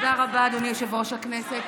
תודה רבה, אדוני יושב-ראש הכנסת.